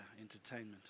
entertainment